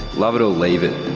love it or leave it.